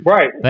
Right